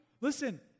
Listen